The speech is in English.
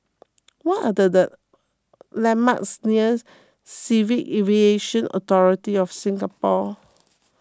what are the landmarks near Civil Aviation Authority of Singapore